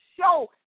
show